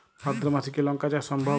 ভাদ্র মাসে কি লঙ্কা চাষ সম্ভব?